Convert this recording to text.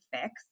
Fix